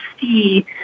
see